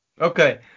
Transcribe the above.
Okay